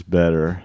better